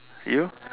you